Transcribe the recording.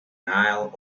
nile